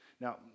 Now